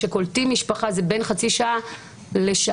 כשקולטים משפחה זה בין חצי שעה לשעה,